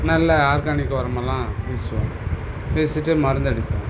நல்ல ஆர்கானிக் உரம் எல்லாம் வீசுவேன் வீசிவிட்டு மருந்தடிப்பேன்